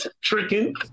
tricking